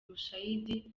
mushayidi